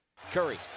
Curry